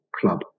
club